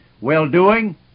Well-Doing